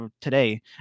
today